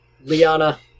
Liana